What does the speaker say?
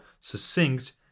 succinct